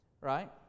right